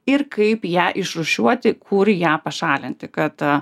ir kaip ją išrūšiuoti kur ją pašalinti kad